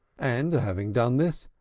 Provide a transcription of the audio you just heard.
and, having done this,